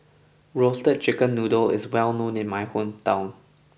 Roasted Chicken Noodle is well known in my hometown